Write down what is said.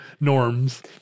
norms